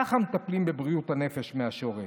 ככה מטפלים בבריאות הנפש מהשורש,